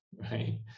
right